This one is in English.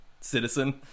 citizen